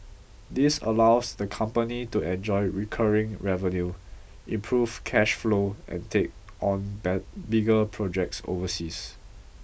this allows the company to enjoy recurring revenue improve cash flow and take on bigger projects overseas